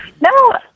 No